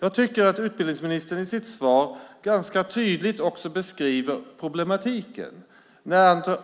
Jag tycker att utbildningsministern i sitt svar ganska tydligt beskriver problematiken.